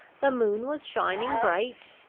the moon was shining bright